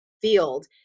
field